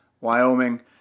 Wyoming